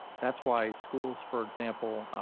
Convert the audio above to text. that's why schools, for example,